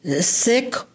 sick